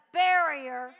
barrier